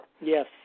Yes